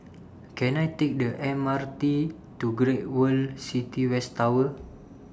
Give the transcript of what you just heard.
Can I Take The M R T to Great World City West Tower